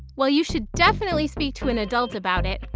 while you should definitely speak to an adult about it,